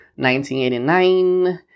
1989